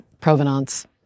Provenance